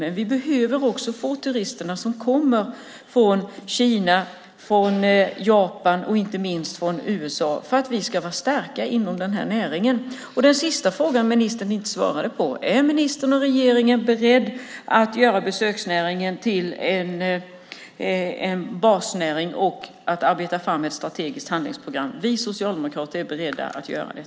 Men vi behöver också de turister som kommer från Kina, Japan och, inte minst, USA för att vi ska vara starka inom den här näringen. Den sista frågan som ministern inte svarade på är om ministern och regeringen är beredda att göra besöksnäringen till en basnäring och att arbeta fram ett strategiskt handlingsprogram. Vi socialdemokrater är beredda att göra det.